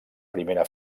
primera